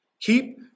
Keep